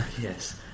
Yes